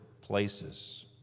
places